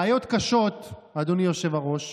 בעיות קשות, אדוני היושב-ראש,